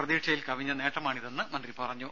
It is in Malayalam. പ്രതീക്ഷയിൽ കവിഞ്ഞ നേട്ടമാണിതെന്ന് മന്ത്രി പറഞ്ഞു